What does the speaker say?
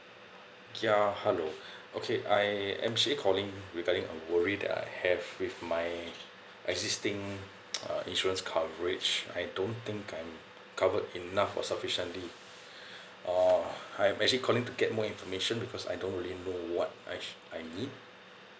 ya hello okay I am actually calling regarding the worry that I have with my existing uh insurance coverage I don't think I'm covered enough or sufficiently uh I'm actually calling to get more information because I don't really know what actually I need